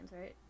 right